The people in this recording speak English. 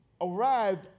arrived